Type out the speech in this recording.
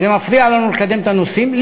זה מפריע לנו לקדם את הנושאים.